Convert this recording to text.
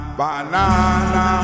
banana